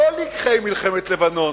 לא לקחי מלחמת לבנון,